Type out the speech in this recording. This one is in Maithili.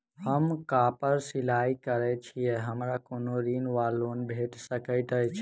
हम कापड़ सिलाई करै छीयै हमरा कोनो ऋण वा लोन भेट सकैत अछि?